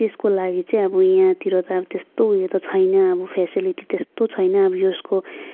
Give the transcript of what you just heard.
त्यसको लागि चाहिँ अब यहाँतिर त अब त्यस्तो उयो त छैन अब फ्यासिलिटी त्यस्तो छैन अब यसको